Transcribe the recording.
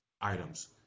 items